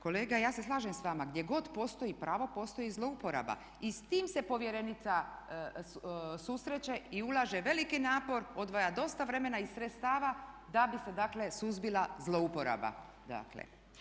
Kolega, ja se slažem s vama gdje god postoji pravo postoji i zlouporaba i s tim se povjerenica susreće i ulaže veliki napor, odvaja dosta vremena i sredstava da bi se dakle suzbila zlouporaba dakle.